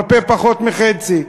הרבה פחות מחצי.